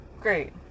great